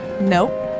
Nope